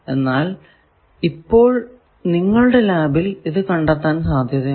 എന്നാൽ ഇപ്പോൾ നിങ്ങളുടെ ലാബിൽ ഇത് കണ്ടെത്താൻ സാധ്യത ഉണ്ട്